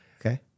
Okay